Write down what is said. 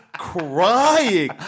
Crying